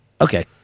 okay